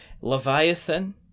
Leviathan